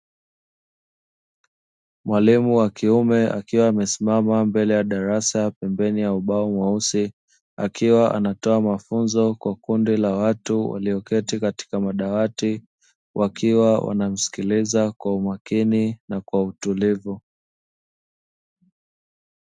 Mwalimu wa kiume, akiwa amesimama mbele ya darasa pembeni ya ubao mweusi. Akiwa anatoa mafunzo kwa kundi la watu walioketi katika madawati, wakiwa wanamsikiliza kwa umakini na kwa utulivu.